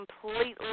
completely